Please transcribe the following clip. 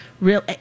real